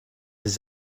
his